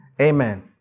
Amen